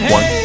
One